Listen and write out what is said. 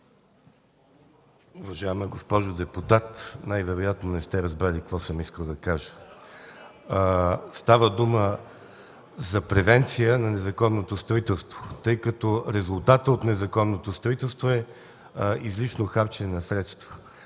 Уважаема госпожо депутат, най-вероятно не сте разбрали какво съм искал да кажа. Става дума за превенция на незаконното строителство, тъй като резултатът от незаконното строителство е излишно харчене на средства.